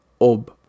Ob